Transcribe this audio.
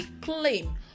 claim